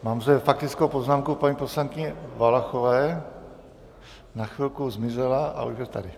Mám zde faktickou poznámku paní poslankyně Valachové na chvilku zmizela, a už je tady.